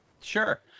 Sure